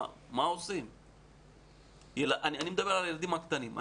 אני מדבר על הילדים הקטנים.